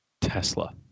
Tesla